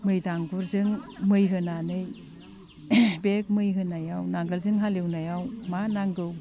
मै दांगुरजों मै होनानै बे मै होनायाव नांगालजों हालेवनायाव मा नांगौ